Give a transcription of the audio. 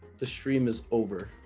the stream is over